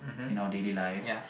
in our daily life